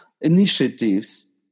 initiatives